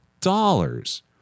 dollars